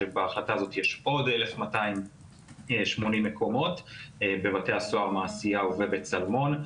שבהחלטה הזאת יש עוד 1,280 מקומות בבתי הסוהר מעשיהו וצלמון.